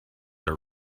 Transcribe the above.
are